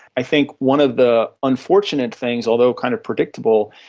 i think one of the unfortunate things, although kind of predictable,